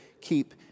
keep